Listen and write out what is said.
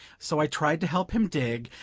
so i tried to help him dig,